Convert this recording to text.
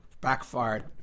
backfired